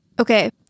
Okay